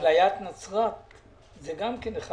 אפליית נצרת זה גם אחד